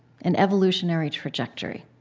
an evolutionary trajectory